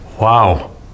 Wow